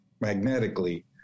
magnetically